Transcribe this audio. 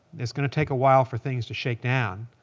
it's going to take a while for things to shake down.